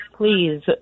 please